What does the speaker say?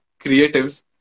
creatives